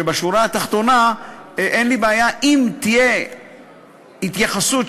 שבשורה התחתונה אין לי בעיה אם תהיה התייחסות שאומרת: